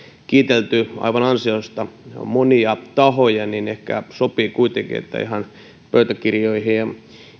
kiitelty aivan ansiosta monia tahoja niin ehkä sopii kuitenkin että ihan pöytäkirjoihin ja